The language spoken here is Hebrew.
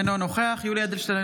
אינו נוכח יולי יואל אדלשטיין,